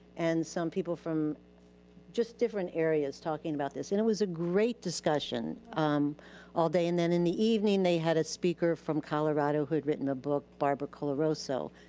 and some people from just different areas talking about this. and it was a great discussion all day. and then in the evening they had a speaker from colorado who had written a book, barbara coloroso.